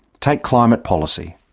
take climate policy.